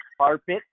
carpet